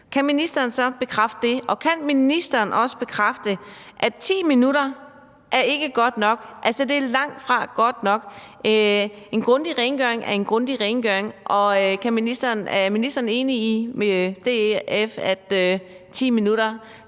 kan ministeren også bekræfte, at 10 minutter ikke er godt nok? Altså, det er langtfra godt nok. En grundig rengøring er en grundig rengøring. Er ministeren enig med DF i, at på 10 minutter